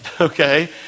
okay